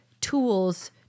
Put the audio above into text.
tools